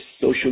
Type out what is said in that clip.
social